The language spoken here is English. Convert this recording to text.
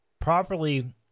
properly